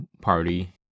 party